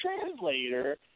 translator